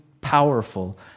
powerful